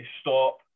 stop